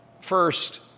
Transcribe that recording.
First